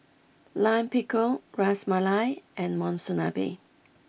Lime Pickle Ras Malai and Monsunabe